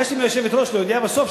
ביקשתי מהיושבת-ראש להודיע בסוף,